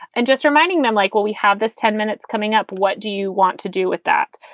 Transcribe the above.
and just reminding them, like, well, we have this ten minutes coming up. what do you want to do with that?